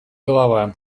голова